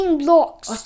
blocks